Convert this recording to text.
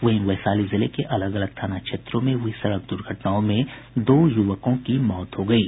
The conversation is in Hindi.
वहीं वैशाली जिले के अलग अलग थाना क्षेत्रों में हुई सड़क दुर्घटनाओं में दो युवकों की मौत हो गयी